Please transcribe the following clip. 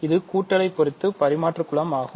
இது கூட்டலை பொறுத்து ஒரு பரிமாற்று குலம் ஆகும்